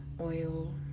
oil